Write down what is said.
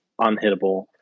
unhittable